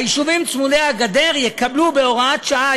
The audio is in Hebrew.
היישובים צמודי הגדר יקבלו בהוראת שעה,